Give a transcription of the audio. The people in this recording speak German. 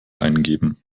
eingeben